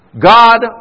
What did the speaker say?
God